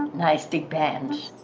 nice big band.